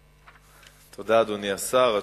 תודה, אדוני היושב-ראש.